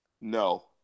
No